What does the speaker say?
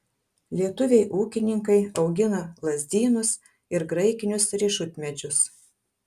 lietuviai ūkininkai augina lazdynus ir graikinius riešutmedžius